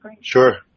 Sure